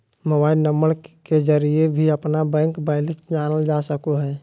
mobile number के जरिए भी अपना बैंक बैलेंस जानल जा सको हइ